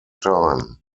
time